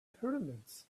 pyramids